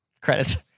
Credits